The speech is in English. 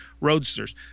roadsters